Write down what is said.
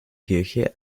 kirche